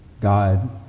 God